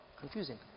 Confusing